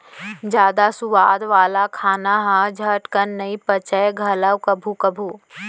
जादा सुवाद वाला खाना ह झटकन नइ पचय घलौ कभू कभू